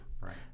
Right